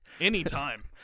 Anytime